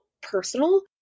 personal